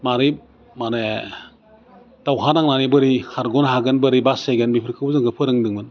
माबोरै माने दावहा नांनानै बोरै खारग'नो हागोन बोरै बासायगोन बेफोरखौ जोंखौ फोरोंदोंमोन